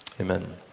amen